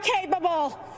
capable